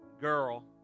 Girl